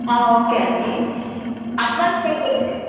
okay అండి advance pay కొద్దిగా